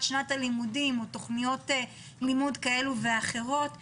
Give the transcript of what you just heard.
שנת הלימודים או לתוכניות לימוד כאלה ואחרות הוא: